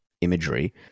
imagery